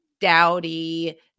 dowdy